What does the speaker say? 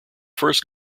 first